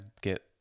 get